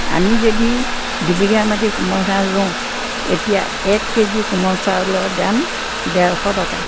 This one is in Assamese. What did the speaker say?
আমি যদি দুবিঘা মাটি কোমল ধান ৰুওঁ এতিয়া এক কে জি কোমল চাউলৰ দাম ডেৰশ টকা